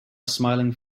smiling